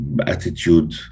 attitude